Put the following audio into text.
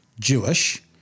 Jewish